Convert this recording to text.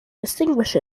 distinguish